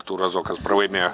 artūras zuokas pralaimėjo